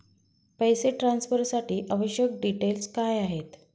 पैसे ट्रान्सफरसाठी आवश्यक डिटेल्स काय आहेत?